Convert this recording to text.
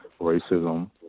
Racism